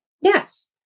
Yes